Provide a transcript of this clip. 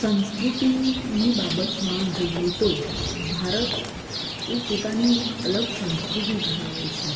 સંસ્કૃતિની બાબતમાં જોઈએ તો ભારત એ પોતાની એક અલગ સંસ્કૃતિ ધરાવે છે